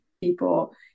people